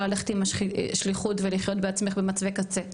ללכת עם השליחות ולחיות בעצמך במצבי קצה.